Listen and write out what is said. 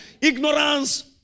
Ignorance